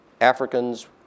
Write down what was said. Africans